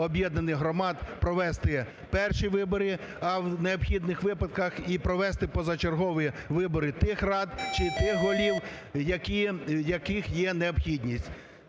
об'єднаних громад провести перші вибори, а в необхідних випадках провести і позачергові вибори тих рад чи тих голів, в яких є необхідність.